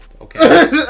Okay